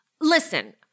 listen